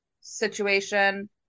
situation